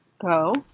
go